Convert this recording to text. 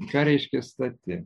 ką reiškia stati